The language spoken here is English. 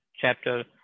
chapter